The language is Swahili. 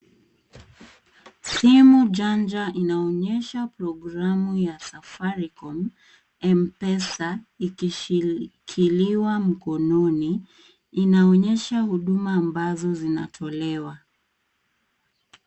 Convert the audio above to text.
Simu janja inaonyesha programu ya Safaricom M-pesa, ikishikiliwa mkononi. Inaonyesha huduma ambazo zinatolewa.